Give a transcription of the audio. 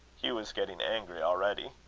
hugh was getting angry already.